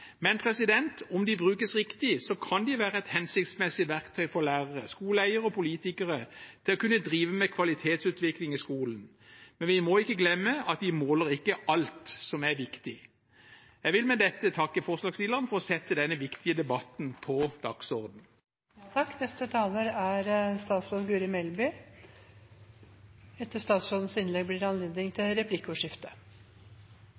Men om prøvene brukes riktig, kan de være et hensiktsmessig verktøy for lærere, skoleeiere og politikere til å kunne drive med kvalitetsutvikling i skolen. Vi må likevel ikke glemme at de ikke måler alt som er viktig. Jeg vil med dette takke forslagsstillerne for å sette denne viktige debatten på dagsordenen. De nasjonale prøvene i lesing, regning og engelsk er